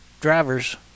drivers